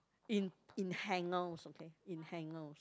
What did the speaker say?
in in hangers okay in hangers